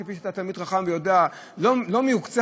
ואתה תלמיד חכם ואתה יודע: לא מעוקצך,